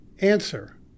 Answer